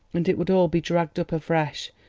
and it would all be dragged up afresh,